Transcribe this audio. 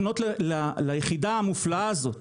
לפנות ליחידה המופלאה הזאת,